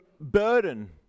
burden